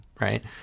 right